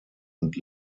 und